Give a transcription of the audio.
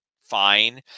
fine